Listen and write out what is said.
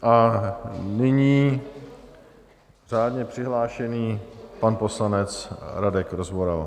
A nyní řádně přihlášený pan poslanec Radek Rozvoral.